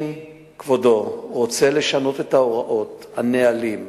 אם כבודו רוצה לשנות את ההוראות, את הנהלים,